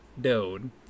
Dode